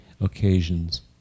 occasions